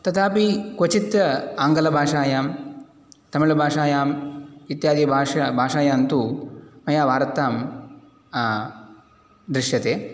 तथापि क्वचित् आङ्ग्लभाषायां तमिल्भाषायाम् इत्यादि बाष भाषायां तु मया वार्तां दृश्यते